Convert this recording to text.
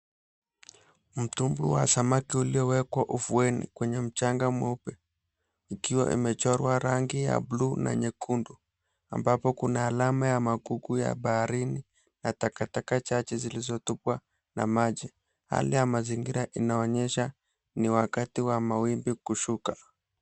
Mtumbwi wa samaki uliowekwa ufueni kwenye mchanga mweupe ukiwa imechorwa rangi ya buluu na nyekundu ambapo kuna alama ya magugu ya baharini na takataka chache zilizotupwa na maji, hali ya mazingira inaonyesha ni wakati wa mawimbi kushuka.